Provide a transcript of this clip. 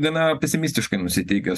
gana pesimistiškai nusiteikęs